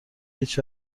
هیچ